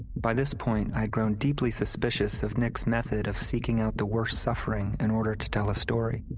by this point, i had grown deeply suspicious of nick's method of seeking out the worst suffering in order to tell a story.